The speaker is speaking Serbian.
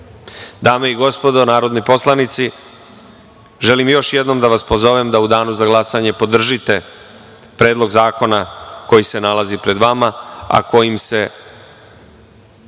i gospodo narodni poslanici, želim još jednom da vas pozovem da u danu za glasanje podržite Predlog zakona koji se nalazi pred vama, a kojim se